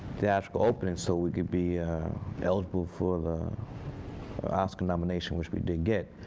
theatrical opening so we could be eligible for the oscar nomination, which we did get.